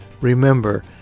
Remember